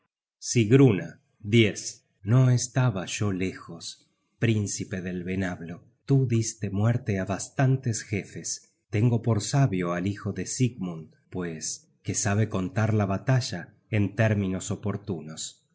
generated at sigruna no estaba yo lejos príncipe del venablo tú diste muerte á bastantes jefes tengo por sabio al hijo de sigmund pues que sabe contar la batalla en términos oportunos